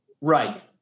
Right